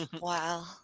Wow